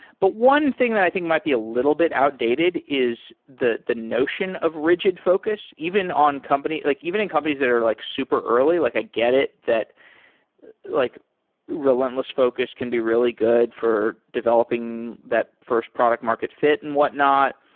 but one thing that i think might be a little bit outdated is the the notion of rig id focus even on company like even in companies that are like super early, like i get it, that like re lentless focus can be really good for developing that first product market fit and whatnot.